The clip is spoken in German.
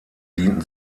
dienten